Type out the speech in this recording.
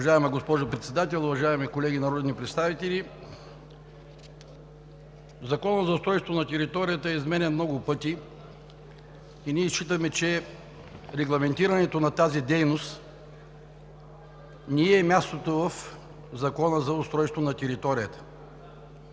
Уважаема госпожо Председател, уважаеми колеги народни представители! Законът за устройство на територията е изменян много пъти и ние считаме, че на регламентирането на тази дейност не ѝ е мястото в Закона за устройство на територията.